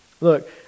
Look